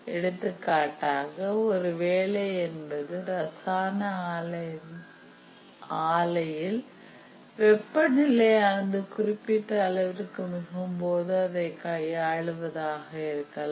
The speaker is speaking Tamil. எடுத்துக்காட்டாக ஒரு வேலை என்பது ரசாயன ஆலையில் வெப்பநிலையானது குறிப்பிட்ட அளவிற்கு மிகும்போது அதை கையாளுவதாக இருக்கலாம்